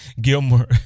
Gilmore